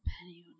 penny